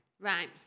Right